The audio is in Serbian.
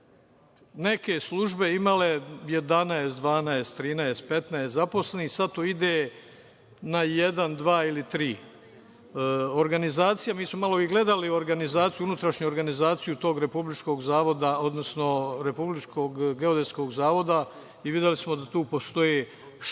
neke službe imale 11, 12, 13, 15 zaposlenih, a sada to ide na jedan, dva ili tri. Mi smo malo gledali unutrašnju organizaciju tog Republičkog geodetskog zavoda i videli smo da tu postoji šest